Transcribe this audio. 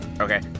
Okay